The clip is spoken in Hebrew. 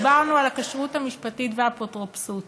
דיברנו על הכשרות המשפטית והאפוטרופסות